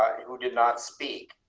i mean who did not speak